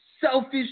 selfish